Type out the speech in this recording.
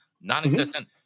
non-existent